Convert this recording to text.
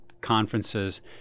conferences